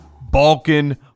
Balkan